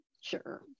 Sure